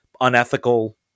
unethical